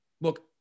look